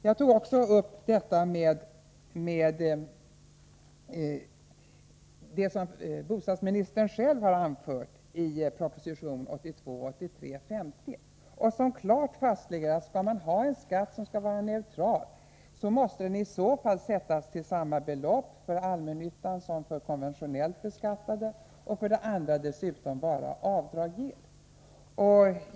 Jag tog också upp det som bostadsministern själv har anfört i proposition 1982/83:50 och som klart visar att om man skall ha en neutral skatt, så måste deni så fall sättas till samma belopp för allmännyttan som för konventionellt beskattade fastigheter och dessutom vara avdragsgill för de senare.